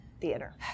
Theater